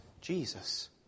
Jesus